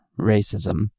racism